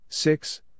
Six